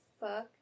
fuck